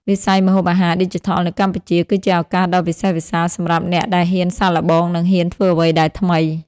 វិស័យម្ហូបអាហារឌីជីថលនៅកម្ពុជា គឺជាឱកាសដ៏វិសេសវិសាលសម្រាប់អ្នកដែលហ៊ានសាកល្បង និងហ៊ានធ្វើអ្វីដែលថ្មី។